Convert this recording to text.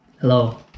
Hello